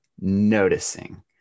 noticing